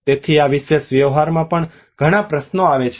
તેથી આ વિશેષ વ્યવહારમાં ઘણા પ્રશ્નો આવે છે